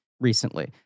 recently